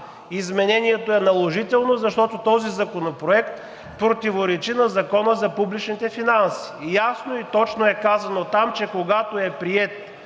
изменението е наложително, защото този законопроект противоречи на Закона за публичните финанси. Ясно и точно е казано там, че когато е приет